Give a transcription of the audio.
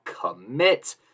commit